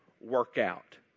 workout